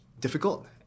difficult